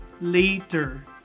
later